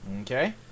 Okay